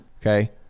Okay